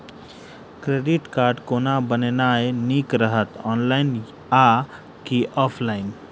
Credit card कोना बनेनाय नीक रहत? ऑनलाइन आ की ऑफलाइन?